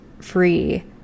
free